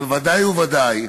אבל ודאי וודאי